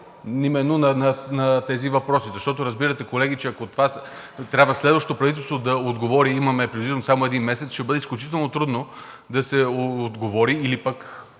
на тези въпроси? Разбирате, колеги, че ако на това трябва следващото правителство да отговори, а имаме приблизително само един месец, ще бъде изключително трудно да се отговори, или